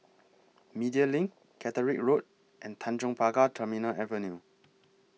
Media LINK Caterick Road and Tanjong Pagar Terminal Avenue